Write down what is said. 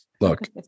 look